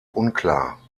unklar